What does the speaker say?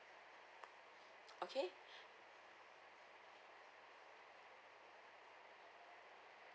okay